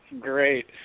great